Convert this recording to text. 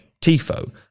Tifo